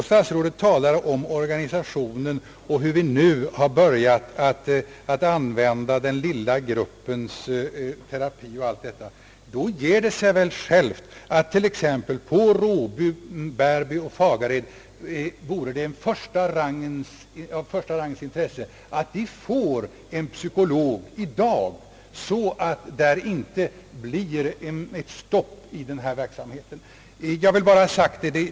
Statsrådet talar om organisationen och om att man nu har börjat använda den lilla gruppens terapi. Då ger det sig väl självt att det t.ex. på Råby, Bärby och Fagared vore ett första rangens intresse att i dag få en psyko:- log så att där inte uppstår ett stopp i verksamheten, Jag vill bara ha sagt detta.